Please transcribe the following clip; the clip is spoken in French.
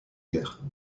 guerre